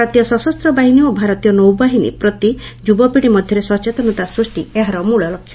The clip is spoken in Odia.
ଭାରତୀୟ ସଶସ୍ତ ବାହିନୀ ଓ ଭାରତୀୟ ନୌବାହିନୀ ପ୍ରତି ଯୁବପିତୀ ମଧ୍ୟରେ ସଚେତନତା ସୃଷ୍ଟି ଏହାର ମୂଳଲକ୍ଷ୍ୟ